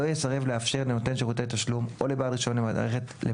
לא יסרב לאפשר לנותן שירותי תשלום או לבעל רישיון למערכת